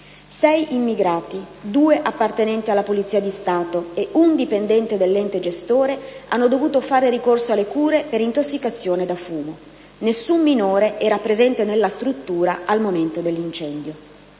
Sei immigrati, due appartenenti alla Polizia di Stato e un dipendente dell'ente gestore hanno dovuto fare ricorso alle cure per intossicazione da fumo. Nessun minore era presente nella struttura al momento dell'incendio.